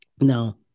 Now